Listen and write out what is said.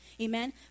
Amen